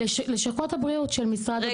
בלשכות הבריאות של משרד הבריאות.